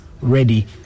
ready